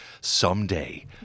Someday